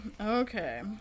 Okay